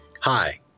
Hi